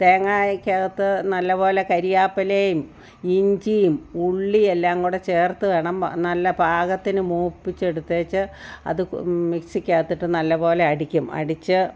തേങ്ങയ്ക്കകത് നല്ലപോലെ കറിവേപ്പിലയും ഇഞ്ചിയും ഉള്ളിയെല്ലാം കൂടെ ചേർത്ത് വേണം നല്ല പാകത്തിന് മൂപ്പിച്ച് എടുത്തേച്ച് അത് മിക്സിക്കകത്തിട്ട് നല്ലപോലെ അടിക്കും അടിച്ച്